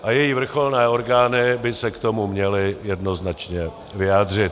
A její vrcholné orgány by se k tomu měly jednoznačně vyjádřit.